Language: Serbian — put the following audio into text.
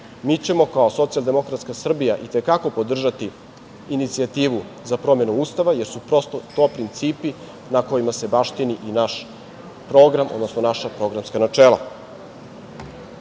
mi ćemo kao socijaldemokratska Srbija itekako podržati inicijativu za promenu Ustava, jer su prosto to principi na kojima se baštini i naš program, odnosno naša programska